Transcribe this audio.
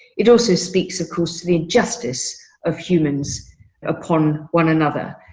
it also speaks, of course, the injustice of humans upon one another.